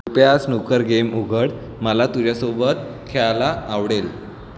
कृपया snooker game उघड मला तुझ्यासोबत खेळायला आवडेल